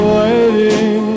waiting